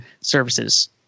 services